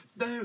No